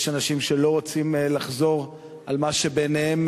יש אנשים שלא רוצים לחזור על מה שבעיניהם